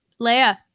Leia